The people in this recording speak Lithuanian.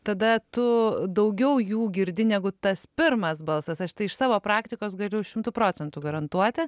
tada tu daugiau jų girdi negu tas pirmas balsas aš tai iš savo praktikos galiu šimtu procentų garantuoti